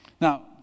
Now